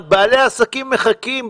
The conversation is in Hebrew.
בעלי האנשים מחכים.